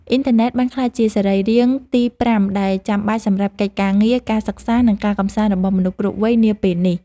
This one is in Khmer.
អ៊ីនធឺណិតបានក្លាយជាសរីរាង្គទីប្រាំដែលចាំបាច់សម្រាប់កិច្ចការងារ ការសិក្សា និងការកម្សាន្តរបស់មនុស្សគ្រប់វ័យនាពេលនេះ។